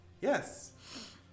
yes